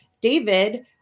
David